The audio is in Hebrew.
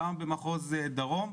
כמה במחוז דרום,